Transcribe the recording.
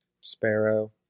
Sparrow